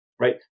Right